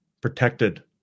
protected